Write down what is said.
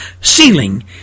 ceiling